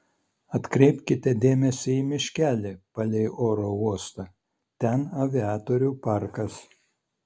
atkreipkite dėmesį į miškelį palei oro uostą ten aviatorių parkas